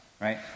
right